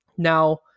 Now